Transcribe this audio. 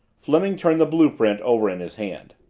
fleming turned the blue-print over in his hand.